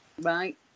Right